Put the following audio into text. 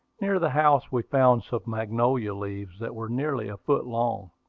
near the house we found some magnolia leaves that were nearly a foot long.